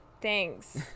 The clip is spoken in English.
thanks